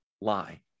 lie